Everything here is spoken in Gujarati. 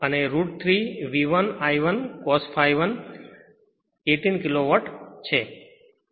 અને root 3 V I 1 cos phi 18 kilo watt છે